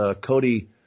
Cody